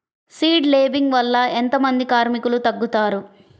Seed లేంబింగ్ వల్ల ఎంత మంది కార్మికులు తగ్గుతారు?